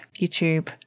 youtube